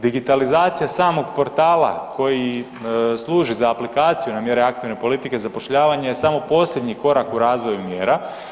Digitalizacija samog portala koji služi za aplikaciju na mjere aktivne politike zapošljavanja je samo posljednji korak u razvoju mjera.